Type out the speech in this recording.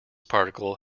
particle